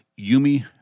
Yumi